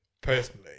personally